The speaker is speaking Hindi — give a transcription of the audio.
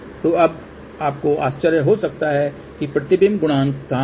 तो अब आपको आश्चर्य हो सकता है कि प्रतिबिंब गुणांक कहां है